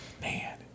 man